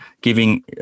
giving